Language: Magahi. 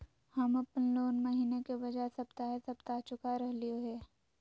हम अप्पन लोन महीने के बजाय सप्ताहे सप्ताह चुका रहलिओ हें